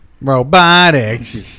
Robotics